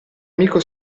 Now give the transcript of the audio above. amico